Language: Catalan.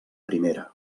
primera